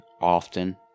often